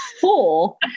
four